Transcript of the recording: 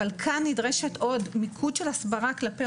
אבל כאן נדרשת עוד מיקוד של הסברה כלפי